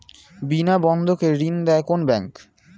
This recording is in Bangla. বিনা বন্ধকে ঋণ দেয় কোন ব্যাংক?